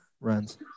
runs